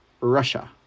Russia